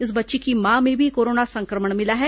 इस बच्ची की मां में भी कोरोना संक्रमण मिला है